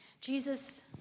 Jesus